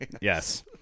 yes